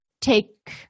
take